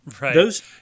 Right